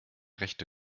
rechte